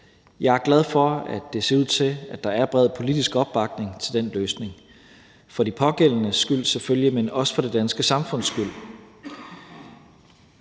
Jeg er glad for, at det ser ud til, at der er bred politisk opbakning til den løsning – for de pågældendes skyld selvfølgelig, men også for det danske samfunds skyld.